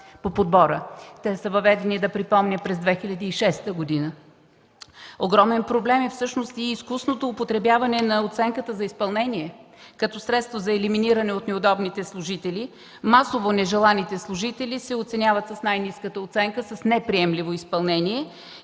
Те са въведени, да припомня, през 2006 г. Огромен проблем е всъщност и изкусното употребяване на оценката за изпълнение като средство за елиминиране на неудобните служители. Масово нежеланите служители се оценяват с най-ниската оценка – неприемливо изпълнение,